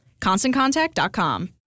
ConstantContact.com